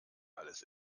alles